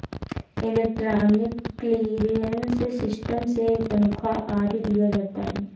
electronic clearance system से तनख्वा आदि दिया जाता है